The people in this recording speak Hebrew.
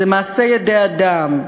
זה מעשה ידי אדם,